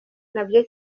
nabyo